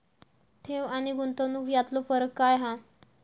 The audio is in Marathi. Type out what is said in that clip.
ठेव आनी गुंतवणूक यातलो फरक काय हा?